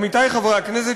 עמיתי חברי הכנסת,